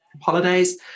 holidays